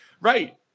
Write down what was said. Right